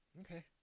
Okay